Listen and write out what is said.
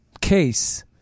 case